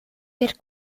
per